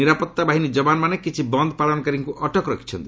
ନିରାପତ୍ତା ବାହିନୀ ଯବାନମାନେ କିଛି ବନ୍ଦ ପାଳନକାରୀଙ୍କୁ ଅଟକ ରଖିଛନ୍ତି